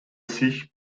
sich